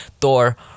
thor